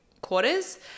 quarters